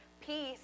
peace